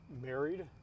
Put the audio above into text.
married